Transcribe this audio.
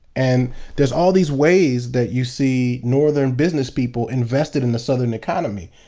and there's all these ways that you see northern businesspeople invested in the southern economy,